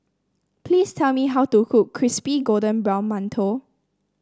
please tell me how to cook Crispy Golden Brown Mantou